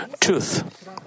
truth